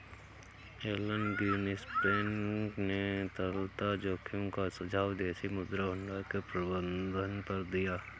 Elon Greenspan ने तरलता जोखिम का सुझाव विदेशी मुद्रा भंडार के प्रबंधन पर दिया